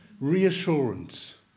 reassurance